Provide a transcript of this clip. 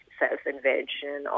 self-invention